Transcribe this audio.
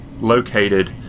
located